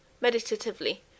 meditatively